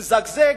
הוא מזגזג,